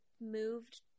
moved